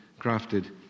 crafted